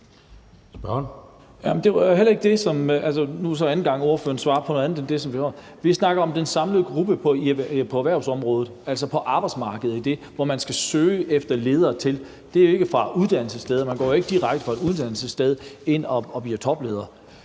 om, og nu er det så anden gang, ordføreren svarer på noget andet end det, der blev spurgt om. Jeg snakker om den samlede gruppe på erhvervsområdet, altså på arbejdsmarkedet, hvor man skal søge efter ledere. Det er ikke fra uddannelsesstederne – man går jo ikke direkte fra et uddannelsessted ind og bliver topleder.